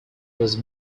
was